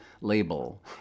label